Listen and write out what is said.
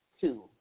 Two